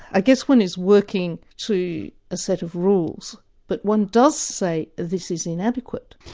i guess one is working to a set of rules but one does say this is inadequate.